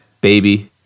baby